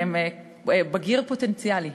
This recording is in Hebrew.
כי הם בגיר פוטנציאלי,